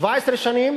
17 שנים